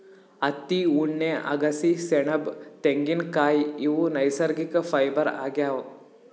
ಹತ್ತಿ ಉಣ್ಣೆ ಅಗಸಿ ಸೆಣಬ್ ತೆಂಗಿನ್ಕಾಯ್ ಇವ್ ನೈಸರ್ಗಿಕ್ ಫೈಬರ್ ಆಗ್ಯಾವ್